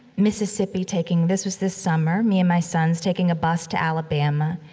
mississippi taking this was this summer, me and my sons, taking a bus to alabama.